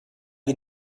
you